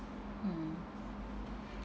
mm